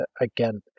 again